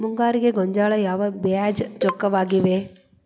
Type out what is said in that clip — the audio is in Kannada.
ಮುಂಗಾರಿಗೆ ಗೋಂಜಾಳ ಯಾವ ಬೇಜ ಚೊಕ್ಕವಾಗಿವೆ?